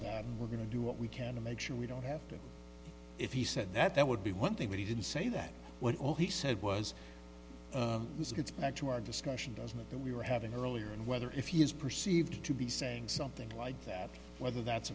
that we're going to do what we can to make sure we don't have to if he said that that would be one thing but he didn't say that what all he said was this gets back to our discussion doesn't that we were having earlier and whether if he is perceived to be saying something like that whether that's